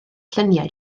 lluniau